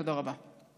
תודה רבה.